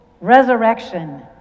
resurrection